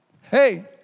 hey